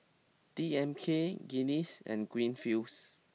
D M K Guinness and Greenfields